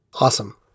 Awesome